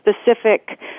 specific